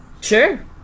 Sure